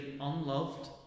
unloved